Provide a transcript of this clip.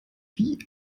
wie